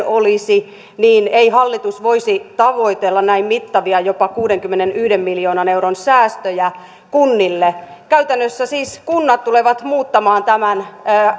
olisi niin ei hallitus voisi tavoitella näin mittavia jopa kuudenkymmenenyhden miljoonan euron säästöjä kunnille käytännössä siis kunnat tulevat tämän